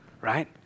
right